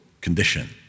condition